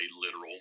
literal